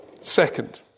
Second